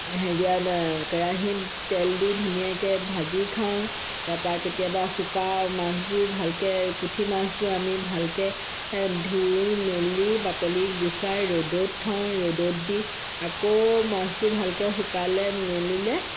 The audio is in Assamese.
হেৰিয়াত কেৰাহীত তেল দি ধুনীয়াকৈ ভাজি খাওঁ তাৰপৰা কেতিয়াবা শুকাওঁ মাছবোৰ ভালকৈ পুঠি মাছবোৰ আমি ভালকৈ ধুই মেলি বাকলি গুচাই ৰ'দত থওঁ ৰ'দত দি আকৌ মাছটো ভালকৈ শুকালে মেলিলে